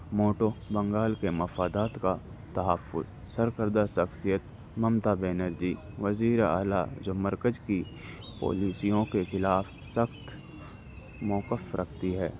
motto Bengal کے مفادات کا تحفظ سرکردہ شخصیت ممتا بینرجی وزیر اعلیٰ جو مرکز کی پالیسیوں کے خلاف سخت موقف رکھتی ہے